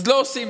אז לא עושים.